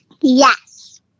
yes